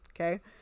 Okay